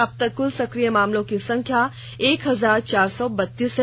अब तक क्ल सक्रिय मामलों की संख्या एक हजार चार सौ बत्तीस है